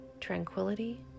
tranquility